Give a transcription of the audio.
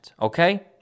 Okay